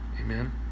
Amen